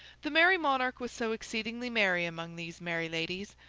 the merry monarch was so exceedingly merry among these merry ladies,